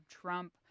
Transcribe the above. Trump